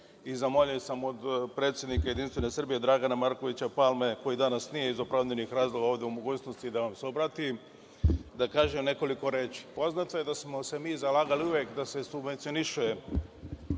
i zamoljen sam od predsednika Jedinstvene Srbije Dragana Markovića Palme, koji danas nije iz opravdanih razloga ovde u mogućnosti da nam se obrati, da kažem nekoliko reči. Poznato je da smo se mi zalagali uvek da se subvencioniše